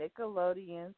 Nickelodeon